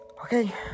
okay